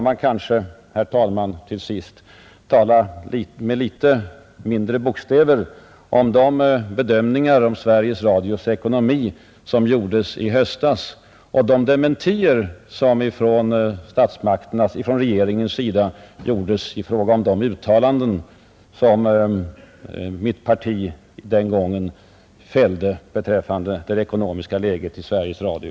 Man bör, herr talman, nog tala med litet mindre bokstäver om de bedömningar av Sveriges Radios ekonomi som regeringen gjorde i höstas och om de avståndstaganden som regeringen då gjorde i fråga om mitt partis prognoser beträffande den ekonomiska utvecklingen vid Sveriges Radio.